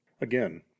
Again